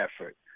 effort